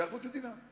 זאת ערבות מדינה.